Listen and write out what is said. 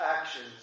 actions